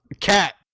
Cat